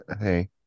hey